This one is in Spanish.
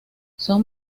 son